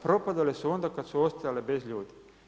Propadale su onda kad su ostajale bez ljudi.